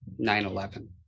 9-11